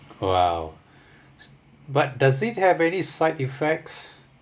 !wow! but does it have any side effects